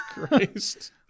Christ